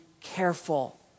careful